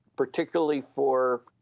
particularly for